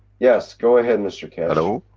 yes, go ahead mr keshe hello?